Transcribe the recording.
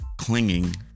clinging